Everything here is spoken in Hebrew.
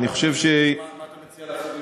אני חושב, מה אתה מציע לעשות,